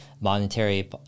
monetary